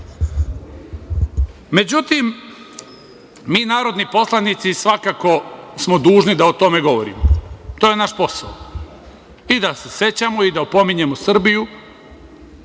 pitam.Međutim, mi narodni poslanici svakako smo dužni da o tome govorimo, to je naš posao i da se sećamo i da opominjemo Srbiju